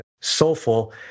soulful